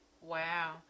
Wow